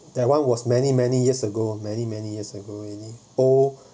that one was many many years ago many many years ago and then old